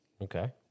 Okay